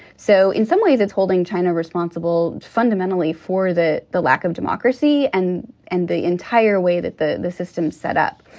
so in some ways, it's holding china responsible fundamentally for the the lack of democracy and and the entire way that the the system is set up.